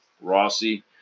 Rossi